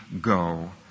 go